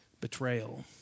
betrayal